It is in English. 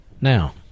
Now